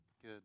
Good